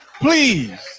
Please